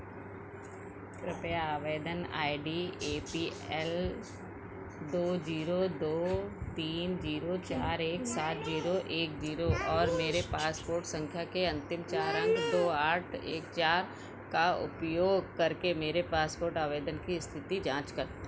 कृपया आवेदन I D A P L दो जीरो दो तीन जीरो चार एक सात जीरो एक जीरो और मेरे पासपोर्ट संख्या के अंतिम चार अंक दो आठ एक चार का उपयोग करके मेरे पासपोर्ट आवेदन की स्थिति जाँच करें